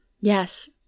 Yes